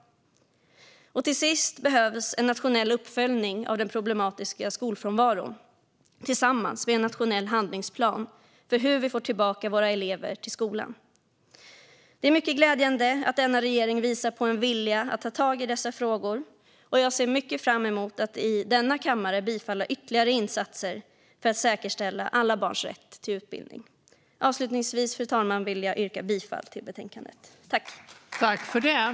Till sist behövs en nationell uppföljning av den problematiska skolfrånvaron tillsammans med en nationell handlingsplan för hur vi får tillbaka våra elever till skolan. Det är mycket glädjande att denna regering visar en vilja att ta tag i dessa frågor, och jag ser mycket fram emot att i denna kammare bifalla ytterligare insatser för att säkerställa alla barns rätt till utbildning. Avslutningsvis, fru talman, vill jag yrka bifall till utskottets förslag.